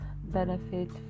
benefit